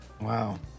Wow